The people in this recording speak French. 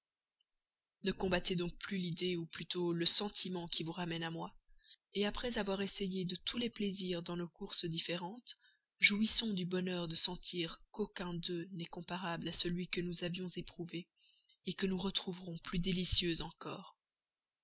ne combattez donc plus l'idée ou plutôt le sentiment qui vous ramène à moi après avoir essayé de tous les plaisirs dans nos courses différentes jouissons du bonheur de sentir qu'aucun d'eux n'est comparable à celui que nous avions éprouvé que nous retrouverons plus délicieux encore